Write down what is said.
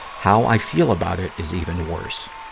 how i feel about it is even worse.